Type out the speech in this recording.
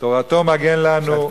"תורתו מגן לנו,